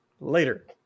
Later